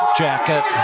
jacket